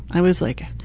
i was like,